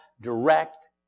direct